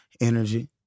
energy